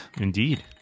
Indeed